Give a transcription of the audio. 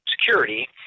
security